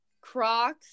crocs